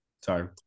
Sorry